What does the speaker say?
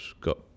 got